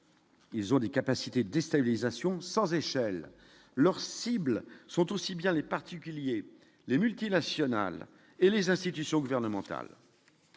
Ils ont des capacités de sans échelle leurs cibles sont aussi bien les particuliers, les multinationales et les institutions gouvernementales,